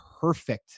perfect